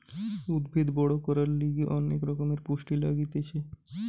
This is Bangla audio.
উদ্ভিদ বড় করার লিগে অনেক রকমের পুষ্টি লাগতিছে